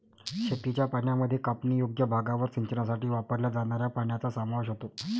शेतीच्या पाण्यामध्ये कापणीयोग्य भागावर सिंचनासाठी वापरल्या जाणाऱ्या पाण्याचा समावेश होतो